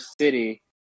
city